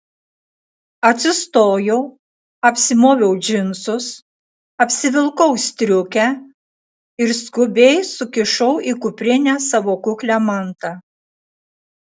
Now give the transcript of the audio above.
atsistojau apsimoviau džinsus apsivilkau striukę ir skubiai sukišau į kuprinę savo kuklią mantą